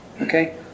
Okay